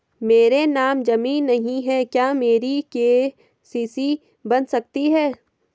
मेरे नाम ज़मीन नहीं है क्या मेरी के.सी.सी बन सकती है?